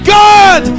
god